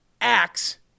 acts